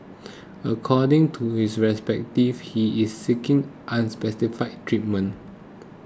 according to his representatives he is seeking unspecified treatment